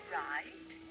right